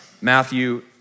Matthew